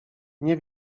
nie